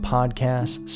Podcasts